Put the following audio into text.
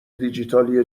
دیجیتالی